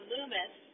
Loomis